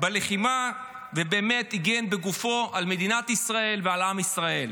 בלחימה ובאמת הגן בגופו על מדינת ישראל ועל עם ישראל.